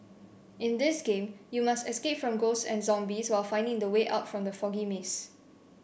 in this game you must escape from ghosts and zombies while finding the way out from the foggy maze